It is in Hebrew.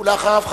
ואחריו,